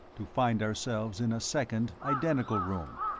to find ourselves in a second, identical room,